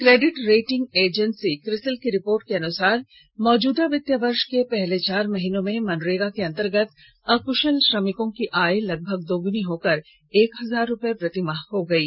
credit rating agency CRISIL की report के अनुसार मौजूदा वित्तीय वर्ष के पहले चार महीनों में मनरेगा के अंतर्गत अकुशल श्रमिकों की आय लगभग दोगुनी होकर एक हजार रुपये प्रति माह हो गयी